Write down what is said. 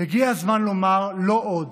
הגיע הזמן לומר: לא עוד.